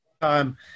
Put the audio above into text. time